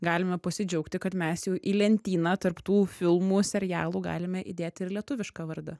galime pasidžiaugti kad mes jau į lentyną tarp tų filmų serialų galime įdėti ir lietuvišką vardą